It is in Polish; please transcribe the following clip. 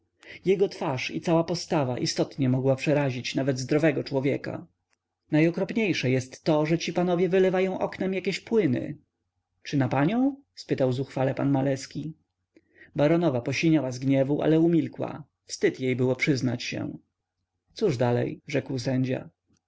jego twarz i cała postawa istotnie mogła przerazić nawet zdrowego człowieka najokropniejsze jest to że ci panowie wylewają oknem jakieś płyny czy na panią spytał zuchwale pan maleski baronowa posiniała z gniewu ale umilkła wstyd jej było przyznać się cóż dalej rzekł sędzia